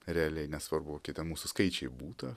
realiai nesvarbu kokie ten mūsų skaičiai būta